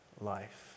life